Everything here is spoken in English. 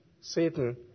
Satan